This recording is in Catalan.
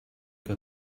que